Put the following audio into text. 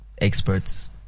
Experts